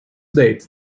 date